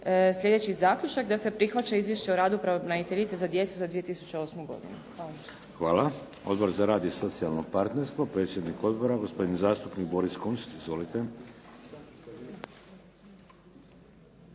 sljedeći zaključak da se prihvaća Izvješće o radu pravobraniteljice za djecu za 2008. godinu. Hvala. **Šeks, Vladimir (HDZ)** Hvala. Odbor za rad i socijalno partnerstvo, predsjednik odbora, gospodin zastupnik Boris Kunst. Izvolite.